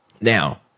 now